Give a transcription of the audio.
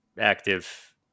active